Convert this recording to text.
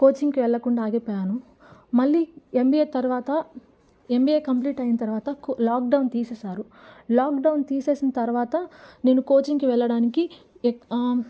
కోచింగ్కి వెళ్ళకుండా ఆగిపోయాను మళ్ళీ ఎంబీఏ తర్వాత ఎంబీఏ కంప్లీట్ అయిన తర్వాత లాక్డౌన్ తీసేసారు లాక్డౌన్ తీసేసిన తర్వాత నేను కోచింగ్కి వెళ్ళడానికి ఎక్